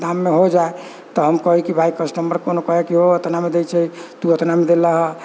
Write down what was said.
दाममे हो जाइ तऽ हम कही कि भाय कस्टमर कोनो कहै कि ओ इतनामे दै छै तू इतनामे देल रहऽ